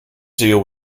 deal